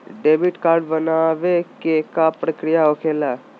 Debit card बनवाने के का प्रक्रिया होखेला?